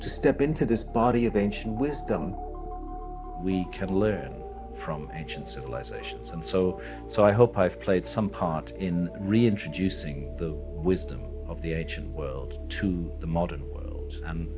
to step into this body of ancient wisdom we can learn from each and civilizations and so so i hope i've played some part in reintroducing the wisdom of the ancient world to the